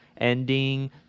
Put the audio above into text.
ending